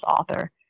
author